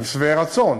הם שבעי רצון.